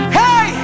hey